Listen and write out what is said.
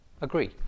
agree